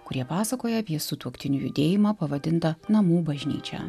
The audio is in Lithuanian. kurie pasakoja apie sutuoktinių judėjimą pavadintą namų bažnyčia